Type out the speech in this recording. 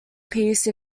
piece